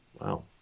wow